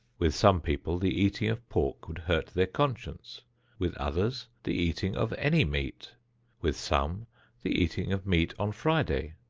with some people the eating of pork would hurt their conscience with others the eating of any meat with some the eating of meat on friday,